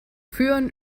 führen